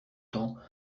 temps